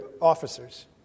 officers